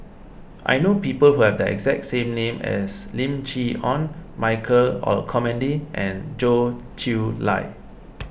I know people who have the exact same name as Lim Chee Onn Michael Olcomendy and Goh Chiew Lye